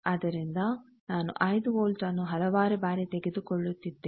ಆದ್ದರಿಂದ ನಾನು 5ವೋಲ್ಟ್ ನ್ನು ಹಲವಾರು ಬಾರಿ ತೆಗೆದು ಕೊಳ್ಳುತ್ತಿದ್ದೇನೆ